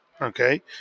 Okay